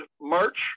March